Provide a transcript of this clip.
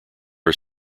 are